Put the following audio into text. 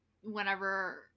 whenever